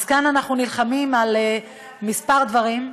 אז כאן אנחנו נלחמים על כמה דברים,